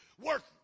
worth